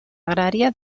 agrària